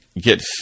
get